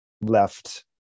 left